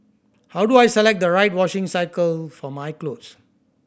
how do I select the right washing cycle for my clothes